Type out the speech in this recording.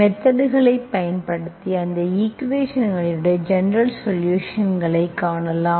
மெத்தட்களைப் பயன்படுத்தி அந்த ஈக்குவேஷன்களின் ஜெனரல்சொலுஷன்களைக் காணலாம்